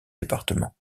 département